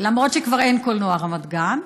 למרות שכבר אין קולנוע רמת גן.